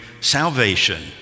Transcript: salvation